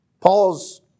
Paul's